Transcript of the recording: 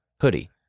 hoodie